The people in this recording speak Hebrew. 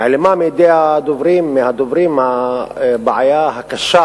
נעלמה מהדוברים בעיה הקשה